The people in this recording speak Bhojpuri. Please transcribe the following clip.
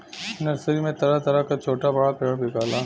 नर्सरी में तरह तरह क छोटा बड़ा पेड़ बिकला